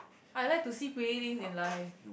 I like to see pretty things in life